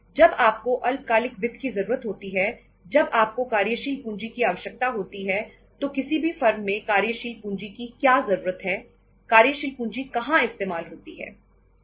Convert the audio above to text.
जब आपको अल्पकालिक वित्त की जरूरत होती है जब आपको कार्यशील पूंजी की आवश्यकता होती है तो किसी भी फर्म में कार्यशील पूंजी की क्या जरूरत है कार्यशील पूंजी कहां इस्तेमाल होती है